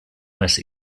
west